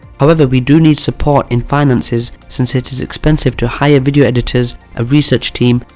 however, we do need support in finances since it is expensive to hire video editors, a research team,